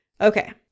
Okay